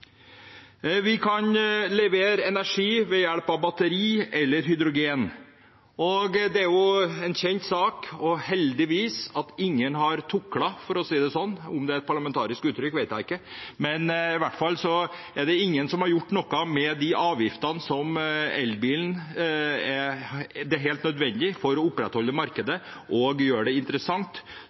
Vi kan levere energi ved hjelp av batteri eller hydrogen. Heldigvis har ingen tuklet med – for å si det slik, om det er et parlamentarisk uttrykk, vet jeg ikke – i hvert fall har ingen gjort noe med avgiftene for elbilen, som er helt nødvendige for å opprettholde markedet og gjøre det interessant,